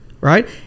right